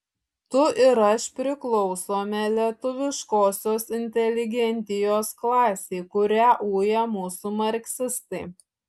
tu ir aš priklausome lietuviškosios inteligentijos klasei kurią uja mūsų marksistai